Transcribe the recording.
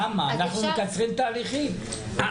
אנחנו מקצרים תהליכים.